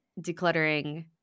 decluttering